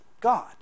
God